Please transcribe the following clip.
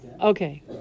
Okay